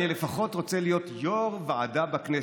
אני לפחות רוצה להיות יו"ר ועדה בכנסת.